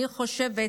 אני חושבת